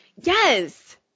Yes